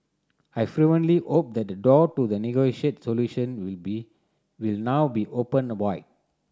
I fervently hope that the door to the negotiated solution will be will now be opened wide